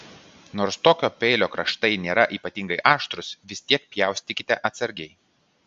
nors tokio peilio kraštai nėra ypatingai aštrūs vis tiek pjaustykite atsargiai